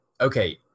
okay